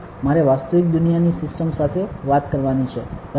મારે વાસ્તવિક દુનિયાની સિસ્ટમ સાથે વાત કરવાની છે બરાબર